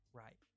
right